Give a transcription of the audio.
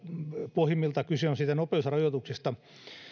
pohjimmiltaan kyse on siitä nopeusrajoituksesta